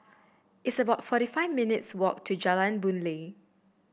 it's about forty five minutes' walk to Jalan Boon Lay